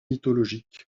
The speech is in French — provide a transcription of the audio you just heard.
mythologiques